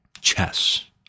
chess